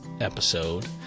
episode